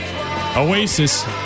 Oasis